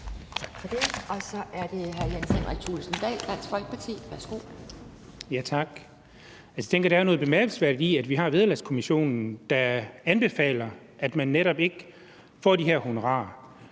Folkeparti. Værsgo. Kl. 11:52 Jens Henrik Thulesen Dahl (DF): Tak. Jeg tænker, at der er noget bemærkelsesværdigt i, at vi har Vederlagskommissionen, der anbefaler, at man netop ikke får de her honorarer.